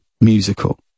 musical